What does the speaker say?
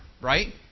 right